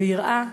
ויראה,